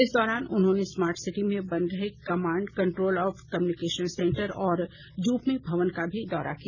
इस दौरान उन्होंने स्मार्टसिटी में बन रहे command control of communication centre और जूपमी भवन का भी दौरा किया